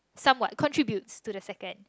somewhat contributes to the second